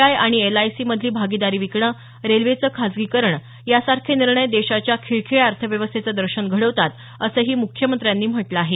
I आणि एलआयसीमधली भागीदारी विकणं रेल्वेचं खाजगीकरण यासारखे निर्णय देशाच्या खिळखिळ्या अर्थव्यवस्थेचं दर्शन घडवतात असंही मुख्यमंत्र्यांनी म्हटलं आहे